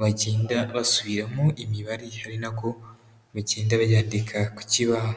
bagenda basubiramo imibare, ari na ko bagenda bayandika ku kibaho.